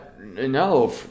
No